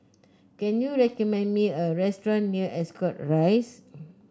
can you recommend me a restaurant near Ascot Rise